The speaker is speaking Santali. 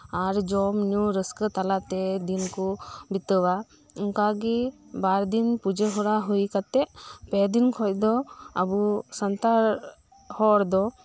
ᱟᱨ ᱡᱚᱢ ᱧᱩ ᱨᱟᱹᱥᱠᱟᱹ ᱛᱟᱞᱟᱛᱮ ᱫᱤᱱ ᱠᱚ ᱵᱤᱛᱟᱹᱣᱟ ᱚᱱᱠᱟᱜᱮ ᱵᱟᱨ ᱫᱤᱱ ᱯᱩᱡᱟᱹ ᱦᱚᱨᱟ ᱦᱳᱭ ᱠᱟᱛᱮᱫ ᱯᱮ ᱫᱤᱱ ᱠᱷᱚᱱ ᱫᱚ ᱟᱵᱚ ᱥᱟᱱᱛᱟᱲ ᱦᱚᱲ ᱫᱚ